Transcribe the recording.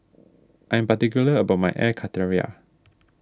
I am particular about my Air Karthira